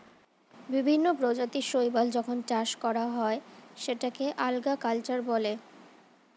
বিভিন্ন প্রজাতির শৈবাল যখন চাষ করা হয় সেটাকে আল্গা কালচার বলে